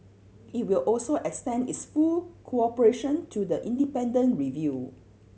it will also extend its full cooperation to the independent review